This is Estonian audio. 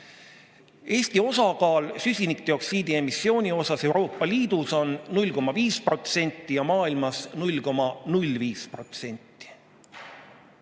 Eesti osakaal süsinikdioksiidi emissiooni osas Euroopa Liidus on 0,5% ja maailmas 0,05%.